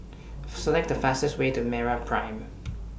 Select The fastest Way to Meraprime